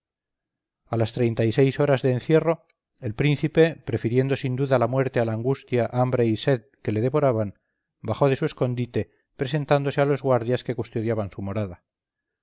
a las treinta y seis horas de encierro el príncipe prefiriendo sin duda la muerte a la angustia hambre y sed que le devoraban bajó de su escondite presentándose a los guardias que custodiaban su morada